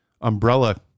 Umbrella